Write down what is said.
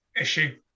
issue